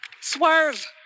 Swerve